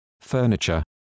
furniture